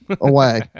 away